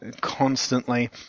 constantly